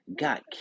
got